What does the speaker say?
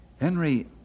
Henry